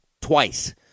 twice